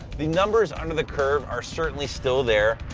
the numbers under the curve are certainly still there.